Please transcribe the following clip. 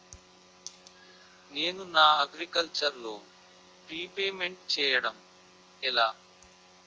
నేను నా agriculture loan repayment చేయడం ఎలా?